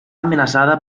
amenaçada